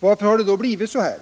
Varför har det då blivit så här?